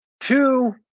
two